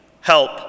help